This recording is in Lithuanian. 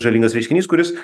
žalingas reiškinys kuris